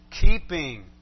keeping